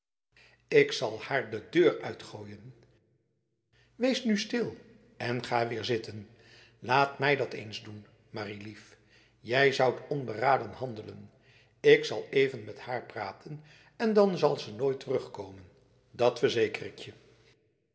ik zal haar de deur uitgooien wees nu stil en ga weer zitten laat mij dat nu eens doen marie lief jij zoudt onberaden handelen ik zal even met haar praten en dan zal ze nooit terugkomen dat verzeker ik jef